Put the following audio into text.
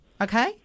Okay